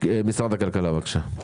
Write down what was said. משרד הכלכלה, בבקשה.